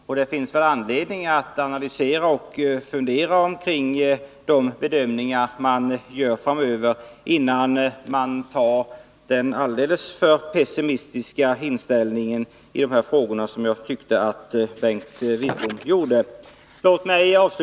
Och det finns anledning att analysera och fundera kring bedömningarna framöver innan man ansluter sig till den alldeles för pessimistiska inställning i dessa frågor som Bengt Wittbom gav uttryck för.